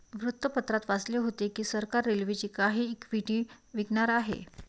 वृत्तपत्रात वाचले होते की सरकार रेल्वेची काही इक्विटी विकणार आहे